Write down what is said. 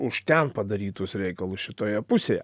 už ten padarytus reikalus šitoje pusėje